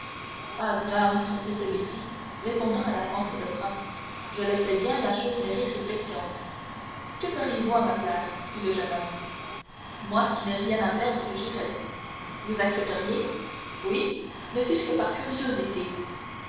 reprit celui-ci répondant à la pensée de franz je le sais bien la chose mérite réflexion que feriez-vous à ma place fit le jeune homme moi qui n'ai rien à perdre j'irais vous accepteriez oui ne fût-ce que par curiosité